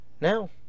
now